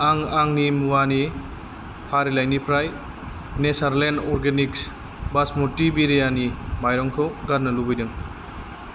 आं आंनि मुवानि फारिलाइनिफ्राय नेचारलेण्ड अर्गेनिक्स बास्मति बिरियानि माइरंखौ गारनो लुबैदों